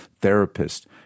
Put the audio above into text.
therapist